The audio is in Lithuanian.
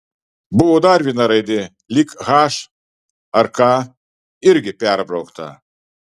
buvo dar viena raidė lyg h ar k irgi perbraukta